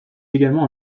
également